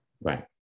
right